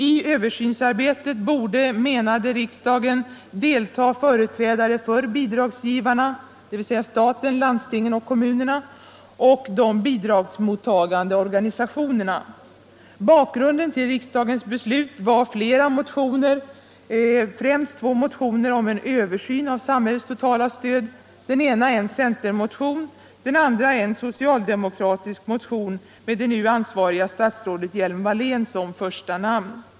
I översynsarbetet borde, menade riksdagen, delta företrädare för bidragsgivarna — staten. landstingen och kommunerna — och de bidragsmottagande organisationerna. Bakgrunden till riksdagens beslut var flera motioner, främst två motioner om en översyn av samhällets totala stöd, den ena en centermotion, den andra en socialdemokratisk motion med det nu ansvariga statsrådet Hjelm-Wallén som första namn.